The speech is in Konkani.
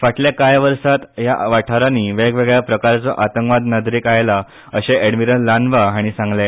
फाटल्या कांय वर्सात ह्या वाठारांनी वेगवेगळ्या प्रकारचो आतंकवाद नदरेक आयला अशें एडमिरल लान्बा हांणी सांगले